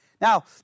Now